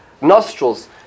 nostrils